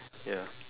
ya